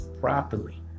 properly